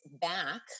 back